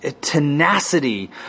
tenacity